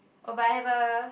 oh but I have a